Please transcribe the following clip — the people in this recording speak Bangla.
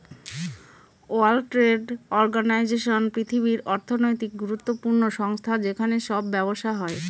ওয়ার্ল্ড ট্রেড অর্গানাইজেশন পৃথিবীর অর্থনৈতিক গুরুত্বপূর্ণ সংস্থা যেখানে সব ব্যবসা হয়